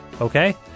okay